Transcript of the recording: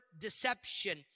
deception